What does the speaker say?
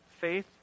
Faith